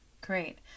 great